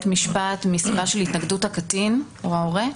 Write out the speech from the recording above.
משפט מסיבה של התנגדות הקטין או ההורה,